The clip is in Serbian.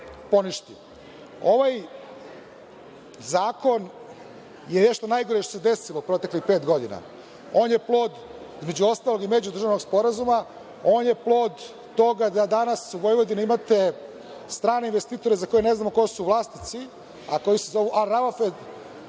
poništi. Ovaj Zakon je nešto najgore što se desilo proteklih pet godina. On je plod, između ostalog, i međudržavnog sporazuma, on je plod toga da danas u Vojvodini imate strane investitore za koje ne znamo ko su vlasnici, a koji se zovu Al Ravafed,